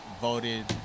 voted